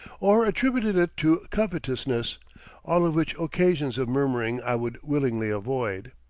or attributing it to covetousness all of which occasions of murmuring i would willingly avoid.